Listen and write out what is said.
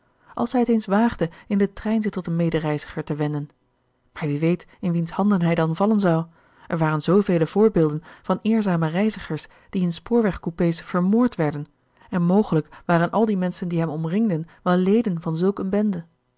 als hij het eens waagde in den trein zich tot een medereiziger te wenden maar wie weet in wiens handen hij dan vallen zou er waren zoovele voorbeelden van eerzame reizigers die in spoorwegcoupés vermoord werden en mogelijk waren al die menschen die hem omringden wel leden van zulk eene bende